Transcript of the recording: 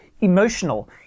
emotional